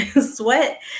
sweat